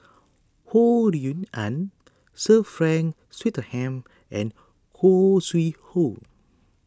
Ho Rui An Sir Frank Swettenham and Khoo Sui Hoe